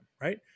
right